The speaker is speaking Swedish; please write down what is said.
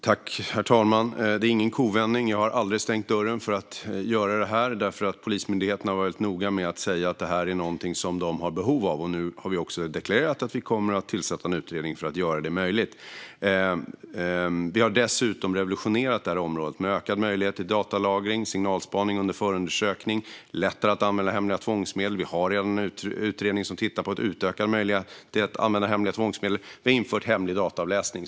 Herr talman! Det är ingen kovändning. Jag har aldrig stängt dörren för att göra det här, eftersom Polismyndigheten har varit noga med att säga att det är någonting som de har behov av. Nu har vi också deklarerat att vi kommer att tillsätta en utredning för att göra det möjligt. Vi har dessutom revolutionerat det här området genom ökad möjlighet till datalagring och signalspaning under förundersökning. Vi har också gjort det lättare att använda hemliga tvångsmedel. Vi har redan en utredning som tittar på en utökad möjlighet att använda hemliga tvångsmedel. Vi har dessutom infört hemlig dataavläsning.